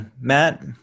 Matt